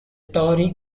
tory